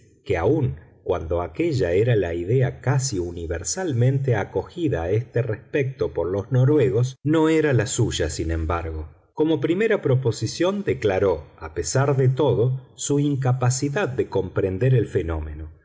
que aun cuando aquella era la idea casi universalmente acogida a este respecto por los noruegos no era la suya sin embargo como primera proposición declaró a pesar de todo su incapacidad de comprender el fenómeno